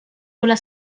quella